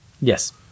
Yes